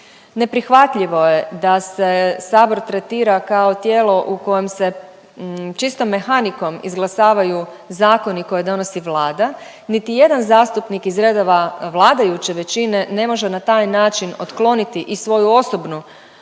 Neprihvatljivo je da se sabor tretira kao tijelo u kojem se čisto mehanikom izglasavaju zakoni koje donosi Vlada. Niti jedan zastupnik iz redova vladajuće većine ne može na taj način otkloniti i svoju osobnu,